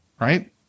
right